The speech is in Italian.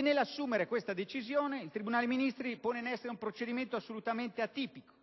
Nell'assumere tale decisione, il tribunale dei ministri ha posto in essere un procedimento assolutamente atipico,